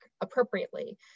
appropriately